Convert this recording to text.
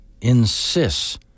insists